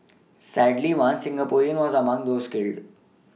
sadly one Singaporean was among those killed